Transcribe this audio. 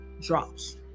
drops